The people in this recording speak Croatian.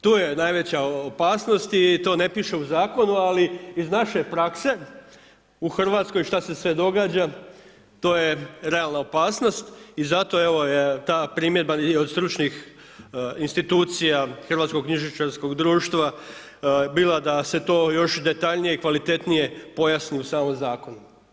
Tu je najveća opasnost i to ne piše u zakonu ali iz naše prakse u Hrvatskoj šta se sve događa, to je realna opasnost i zato je ovo ta primjedba i od stručnih institucija Hrvatskog knjižničarskog društva bila da se to još detaljnije, kvalitetnije pojasni u samom zakonu.